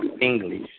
English